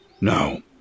No